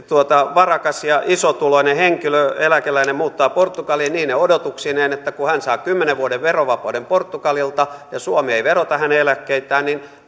varakas ja isotuloinen henkilö eläkeläinen muuttaa portugaliin niine odotuksineen että kun hän saa kymmenen vuoden verovapauden portugalilta ja suomi ei verota hänen eläkkeitään niin